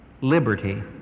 liberty